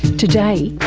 today,